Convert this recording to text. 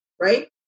right